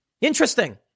Interesting